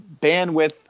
bandwidth